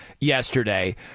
yesterday